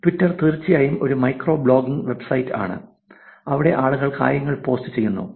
Twitter തീർച്ചയായും ഒരു micro blogging വെബ്സൈറ്റാണ് അവിടെ ആളുകൾ കാര്യങ്ങൾ പോസ്റ്റ് ചെയ്യുന്നു